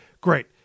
great